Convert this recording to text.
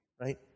right